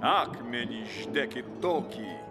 akmenį išdėki tokį